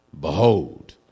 Behold